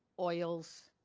oils,